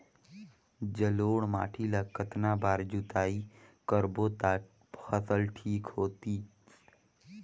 जलोढ़ माटी ला कतना बार जुताई करबो ता फसल ठीक होती?